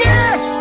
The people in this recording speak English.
Yes